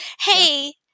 hey